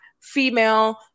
female